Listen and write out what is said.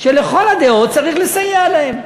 שלכל הדעות צריך לסייע להם.